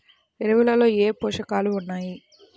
ఎరువులలో ఏ పోషకాలు ఉన్నాయి?